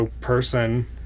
person